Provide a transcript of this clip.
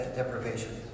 deprivation